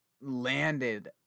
landed